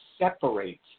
separate